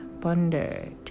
pondered